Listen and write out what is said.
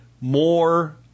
more